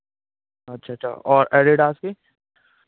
अच्छा अच्छा और एडेडास के